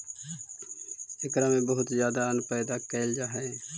एकरा में बहुत ज्यादा अन्न पैदा कैल जा हइ